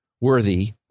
worthy